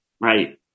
Right